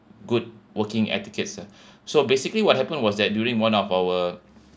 good working etiquettes ah so basically what happened was that during one of our